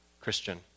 Christian